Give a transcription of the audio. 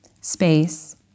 space